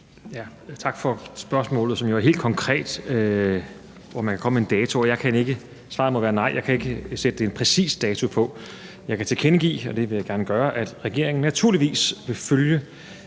Tak for spørgsmålet, som jo er helt konkret, nemlig i forhold til om jeg kan komme med en dato. Og svaret må være: Nej, jeg kan ikke sætte en præcis dato på. Men jeg kan tilkendegive, og det vil jeg gerne gøre, at regeringen naturligvis vil følge